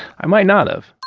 i might not have